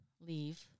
leave